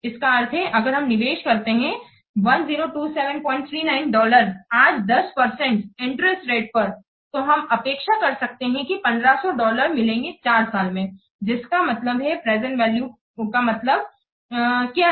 इसका अर्थ है अगर हम निवेश करते हैं 102739 डॉलर आज 10 परसेंटइंटरेस्ट रेट पर तो हम अपेक्षा कर सकते हैं कि हमें 1500 डॉलर मिलेंगे 4 साल में जिसका मतलब है प्रेजेंट वैल्यू का मतलब क्या है